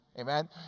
amen